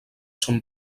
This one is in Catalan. són